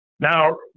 Now